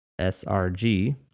SRG